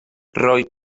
roedd